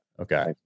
Okay